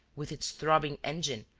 with its throbbing engine,